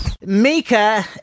mika